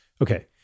Okay